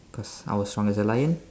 because I was strong as a lion